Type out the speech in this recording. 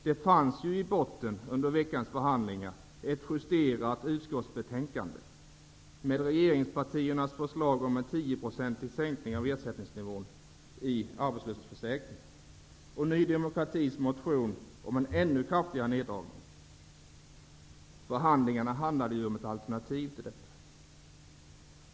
Det fanns ju under veckans förhandlingar i botten ett justerat utskottsbetänkande med regeringspartiernas förslag om tioprocentig sänkning av ersättningsnivån i arbetslöshetsförsäkringen och Ny demokratis förslag om en ännu kraftigare neddragning. Förhandlingarna gällde ett alternativ till detta.